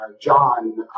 John